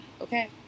okay